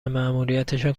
ماموریتشان